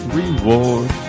reward